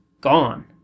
gone